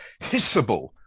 hissable